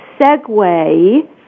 segue